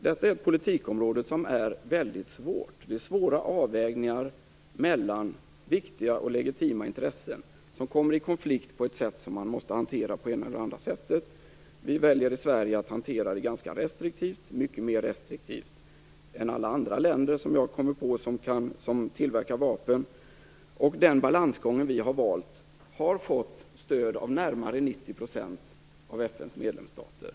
Detta politikområde är väldigt svårt. Det är svåra avvägningar mellan viktiga och legitima intressen som kommer i konflikt, vilket måste hanteras på det ena eller det andra sättet. Vi i Sverige väljer att hantera det ganska restriktivt - mycket mera restriktivt än alla andra länder som jag kan komma på och som tillverkar vapen. Den balansgång som vi valt har fått stöd av närmare 90 % av FN:s medlemsstater.